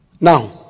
Now